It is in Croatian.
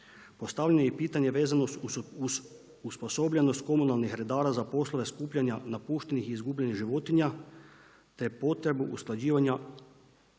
Postavljeno je i pitanje vezano uz sposobljenost komunalnih redara za poslove skupljanja napuštenih i izgubljenih životinja te potrebu usklađivanja